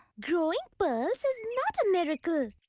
growing pearls is not a miracle.